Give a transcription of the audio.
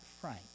Frank